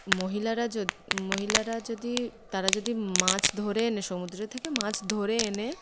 মহিলারা যদি মহিলারা যদি তারা যদি মাছ ধরে এনে সমুদ্র থেকে মাছ ধরে এনে